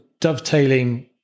dovetailing